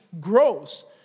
grows